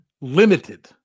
limited